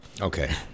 okay